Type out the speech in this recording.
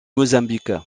mozambique